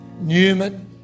Newman